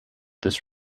this